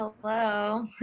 Hello